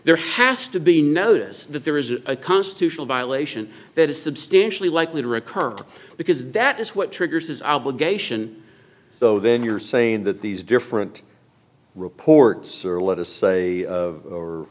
there has to be notice that there is a constitutional violation that is substantially likely to occur because that is what triggers his obligation though then you're saying that these different reports are let us say o